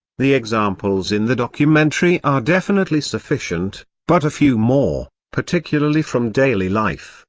the examples in the documentary are definitely sufficient, but a few more, particularly from daily life,